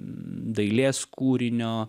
dailės kūrinio